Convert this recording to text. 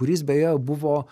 kuris beje buvo